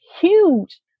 huge